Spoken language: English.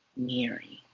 mary